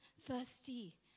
thirsty